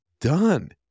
done